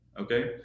Okay